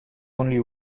only